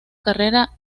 carrera